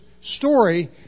story